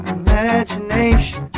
imagination